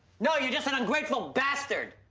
no, you're just an ungrateful bastard.